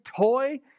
toy